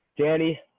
Danny